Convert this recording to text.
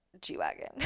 G-Wagon